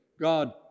God